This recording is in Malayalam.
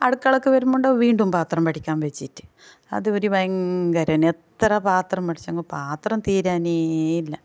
അടുക്കളക്ക് വരുമ്പോൾ ഉണ്ടാവും വീണ്ടും പത്രം വടിക്കാൻ വെച്ചിട്ട് അത് ഒരു ഭയങ്കരം തന്നെ എത്ര പാത്രം വടിച്ചെങ്കിലും പാത്രം തീരാനെ ഇല്ല